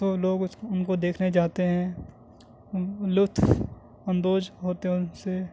تو لوگ اس کو ان کو دیکھنے جاتے ہیں لطف اندوز ہوتے ہیں ان سے